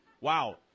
wow